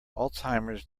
alzheimer’s